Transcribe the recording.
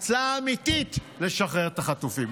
הצעה אמיתית לשחרר את החטופים.